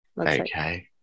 Okay